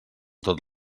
tot